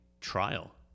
trial